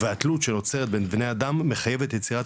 והתלות שנוצרת בין בני האדם מחייבת יצירת